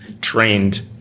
trained